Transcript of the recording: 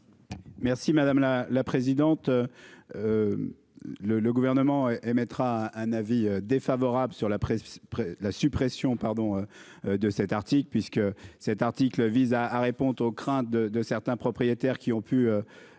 Merci madame la la présidente. Le le gouvernement et émettra un avis défavorable sur la presse. La suppression pardon. De cet article, puisque cet article vise à à répondre aux craintes de de certains propriétaires qui ont pu.